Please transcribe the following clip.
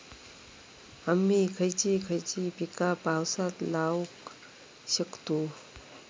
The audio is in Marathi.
आम्ही खयची खयची पीका पावसात लावक शकतु?